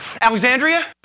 Alexandria